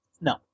No